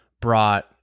brought